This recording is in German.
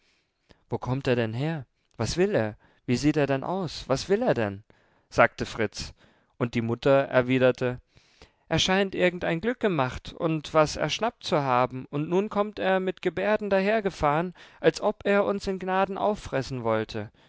wo kommt er denn her was will er wie sieht er denn aus was will er denn sagte fritz und die mutter erwiderte er scheint irgendein glück gemacht und was erschnappt zu haben und nun kommt er mit gebärden dahergefahren als ob er uns in gnaden auffressen wollte